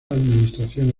administración